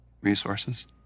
resources